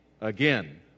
again